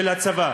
של הצבא,